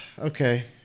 Okay